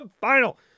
final